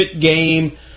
game